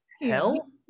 hell